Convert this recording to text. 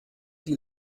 die